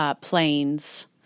planes